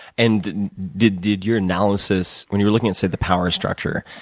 and did did your analysis when you were looking at say the power structure,